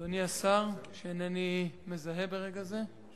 תודה רבה, אדוני השר, שאינני מזהה ברגע זה,